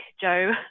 Joe